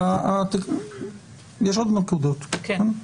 יש עוד נקודות, כן?